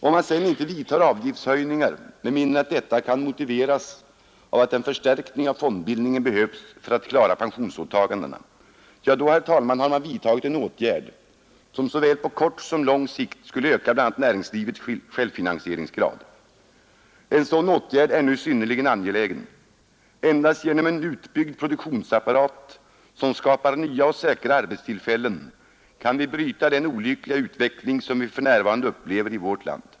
Om man sedan inte vidtar avgiftshöjningar med mindre än att detta kan motiveras av att en förstärkning av fondbildningen behövs för att klara pensionsåtagandena, då, herr talman, har man vidtagit en åtgärd som på såväl kort som lång sikt skulle öka bl.a. näringslivets självfinansieringsgrad. En sådan åtgärd är nu synnerligen angelägen. Endast genom en utbyggd produktionsapparat som skapar nya och säkra arbetstillfällen kan vi bryta den olyckliga utveckling som vi för närvarande upplever i vårt land.